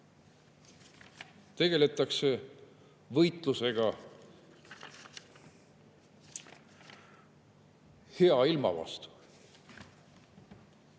tegeldakse võitlusega hea ilma vastu.